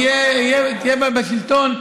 תהיה בשלטון,